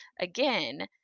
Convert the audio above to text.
again